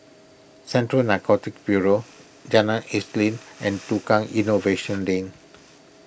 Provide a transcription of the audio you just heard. Central Narcotics Bureau Jalan Isnin and Tukang Innovation Lane